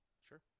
Sure